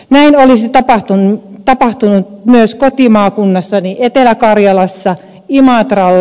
näin olisi tapahtunut myös kotimaakunnassani etelä karjalassa imatralla